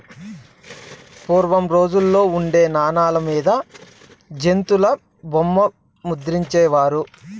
పూర్వం రోజుల్లో ఉండే నాణాల మీద జంతుల బొమ్మలు ముద్రించే వారు